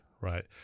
right